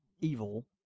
evil